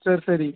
சேரி சரி